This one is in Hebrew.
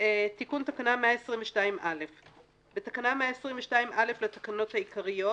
תיקון תקנה 122א. בתקנה 122א לתקנות העיקריות